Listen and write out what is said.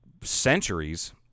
centuries